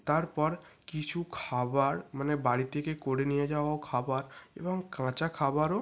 তারপর কিছু খাবার মানে বাড়ি থেকে করে নিয়ে যাওয়াও খাবার এবং কাঁচা খাবারও